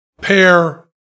pair